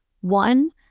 One